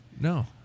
No